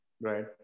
Right